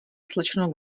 slečno